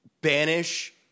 banish